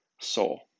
soul